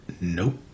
Nope